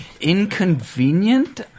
inconvenient